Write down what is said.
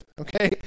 okay